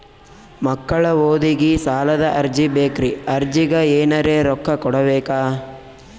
ಮಕ್ಕಳ ಓದಿಗಿ ಸಾಲದ ಅರ್ಜಿ ಬೇಕ್ರಿ ಅರ್ಜಿಗ ಎನರೆ ರೊಕ್ಕ ಕೊಡಬೇಕಾ?